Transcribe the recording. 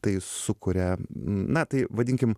tai sukuria na tai vadinkim